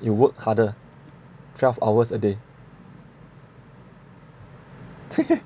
you work harder twelve hours a day